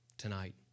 tonight